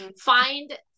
find